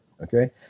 Okay